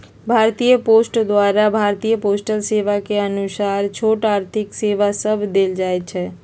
भारतीय पोस्ट द्वारा भारतीय पोस्टल सेवा के अनुसार छोट आर्थिक सेवा सभ देल जाइ छइ